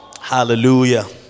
Hallelujah